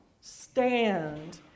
stand